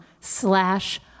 slash